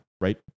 Right